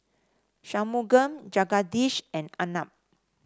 Shunmugam Jagadish and Arnab